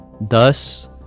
thus